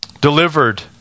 delivered